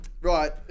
Right